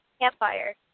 campfire